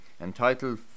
entitled